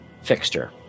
fixture